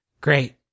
Great